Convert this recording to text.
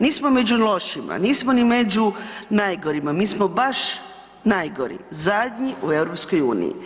Nismo ni među lošima, nismo ni među najgorima, mi smo baš najgori, zadnji u EU.